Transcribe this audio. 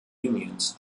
unions